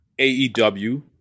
AEW